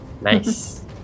Nice